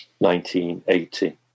1980